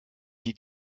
die